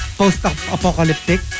post-apocalyptic